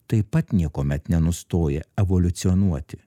taip pat niekuomet nenustoja evoliucionuoti